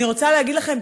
אני רוצה להגיד לכם,